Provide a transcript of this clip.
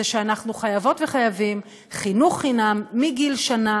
זה שאנחנו חייבות וחייבים חינוך חינם מגיל שנה,